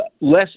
less